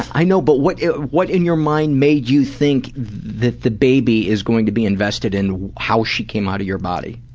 i know but what what in your mind made you think that the baby is going to be invested in how she came out of your body?